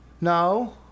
No